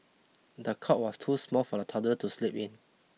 the cot was too small for the toddler to sleep in